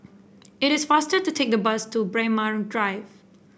it is faster to take the bus to Braemar Drive